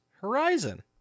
Horizon